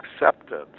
acceptance